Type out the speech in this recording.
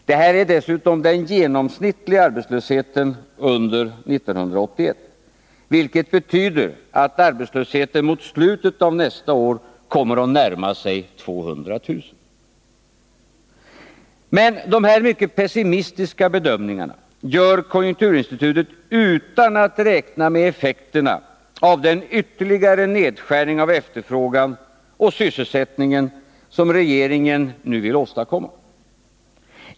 Detta är dessutom bara den genomsnittliga arbetslösheten under 1981, vilket betyder att arbetslösheten mot slutet av nästa år kommer att närma sig 200 000. Men de här mycket pessimistiska bedömningarna gör konjunkturinstitutet utan att räkna med effekterna av den ytterligare nedskärning av efterfrågan och sysselsättning som regeringen nu vill åstadkomma.